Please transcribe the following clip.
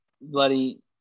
bloody